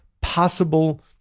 possible